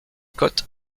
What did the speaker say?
cotes